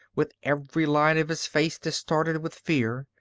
with every line of his face distorted with fear,